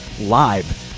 live